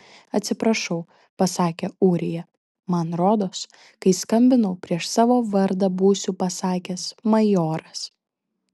atsiprašau pasakė ūrija man rodos kai skambinau prieš savo vardą būsiu pasakęs majoras